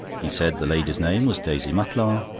he said the lady's name was daisy mutlar,